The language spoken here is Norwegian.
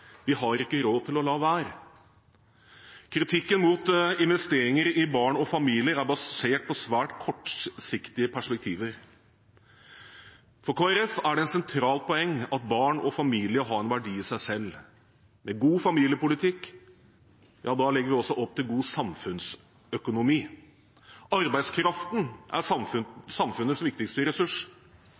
basert på svært kortsiktige perspektiver. For Kristelig Folkeparti er det et sentralt poeng at barn og familie har en verdi i seg selv. Med god familiepolitikk legger vi også opp til god samfunnsøkonomi. Arbeidskraften er samfunnets viktigste ressurs,